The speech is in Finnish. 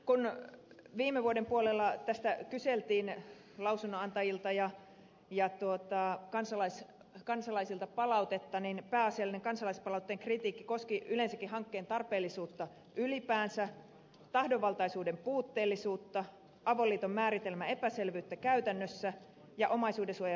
kun viime vuoden puolella tästä kyseltiin lausunnonantajilta ja kansalaisilta palautetta kansalaispalautteessa pääasiallinen kritiikki koski hankkeen tarpeellisuutta ylipäänsä tahdonvaltaisuuden puutteellisuutta avoliiton määritelmän epäselvyyttä käytännössä ja omaisuudensuojan rapauttamista